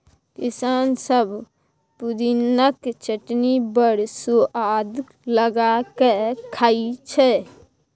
किसान सब पुदिनाक चटनी बड़ सुआद लगा कए खाइ छै